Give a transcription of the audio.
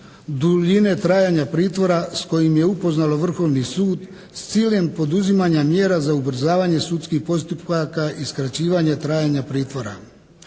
duljine trajanja pritvora s kojom je upoznalo Vrhovni sud s ciljem poduzimanja mjera za ubrzavanje sudskih postupaka i skraćivanja trajanja pritvora.